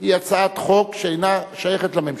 היא הצעת חוק שאיננה שייכת לממשלה,